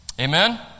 Amen